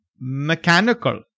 mechanical